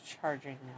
charging